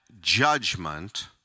judgment